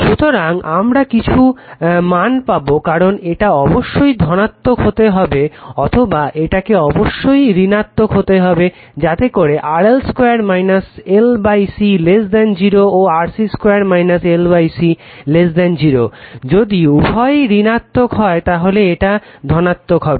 সুতরাং আমরা কিছু মান পাবো কারণ এটা অবশ্যই ধনাত্মক হতে হবে অথবা এটাকে অবশ্যই ঋণাত্মক হতে হবে যাতে করে RL 2 L C 0 ও RC 2 L C 0 যদি উভয়েই ঋণাত্মক হয় তাহলে এটা ধনাত্মক হবে